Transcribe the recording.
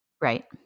Right